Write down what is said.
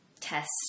test